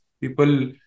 people